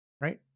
Right